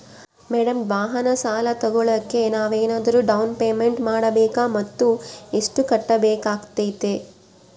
Madam ವಾಹನ ಸಾಲ ತೋಗೊಳೋಕೆ ನಾವೇನಾದರೂ ಡೌನ್ ಪೇಮೆಂಟ್ ಮಾಡಬೇಕಾ ಮತ್ತು ಎಷ್ಟು ಕಟ್ಬೇಕಾಗ್ತೈತೆ?